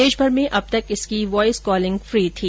देशभर में अब तक इसकी वॉइस कॉलिंग फी थी